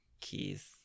keys